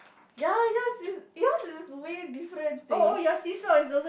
ya ya si~ yours is way different seh